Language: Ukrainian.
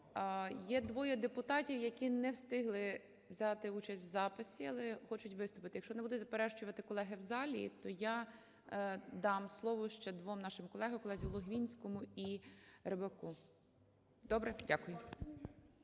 є двоє депутатів, які не встигли взяти участь в записі, але хочуть виступити. Якщо не будуть заперечувати колеги в залі, то я дам слово ще двом нашим колегам – колезі Логвинському і Рибаку. Добре? Дякую.